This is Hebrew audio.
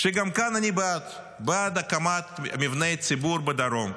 גם כאן, אני בעד הקמת מבני ציבור בדרום,